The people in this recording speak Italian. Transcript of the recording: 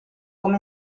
come